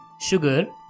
sugar